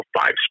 five